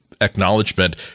acknowledgement